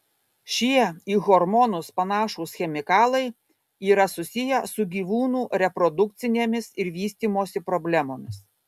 šie į hormonus panašūs chemikalai yra susiję su gyvūnų reprodukcinėmis ir vystymosi problemomis